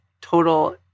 total